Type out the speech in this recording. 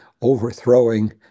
overthrowing